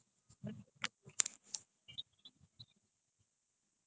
my friend right அவ வந்து:ava vandhu chinese then she learning tamil